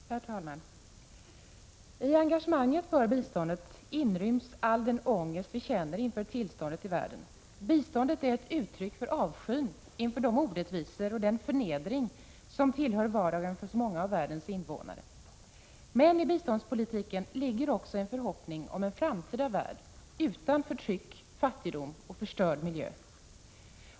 Herr talman! I engagemanget för biståndet inryms all den ångest vi känner inför tillståndet i världen. Biståndet är ett uttryck för avskyn inför de orättvisor och den förnedring som tillhör vardagen för så många av världens invånare. Men i biståndspolitiken ligger också en förhoppning om en framtida värld utan förtryck, fattigdom och förstörd miljö.